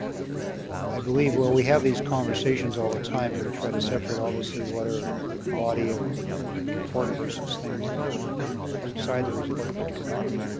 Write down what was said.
i believe well, we have these conversations all the time and we try to separate, obviously, what are the body of the report versus things that are outside the report but connected.